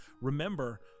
remember